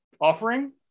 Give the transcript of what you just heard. offering